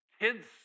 Kids